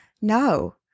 No